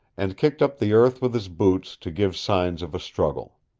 and kicked up the earth with his boots to give signs of a struggle.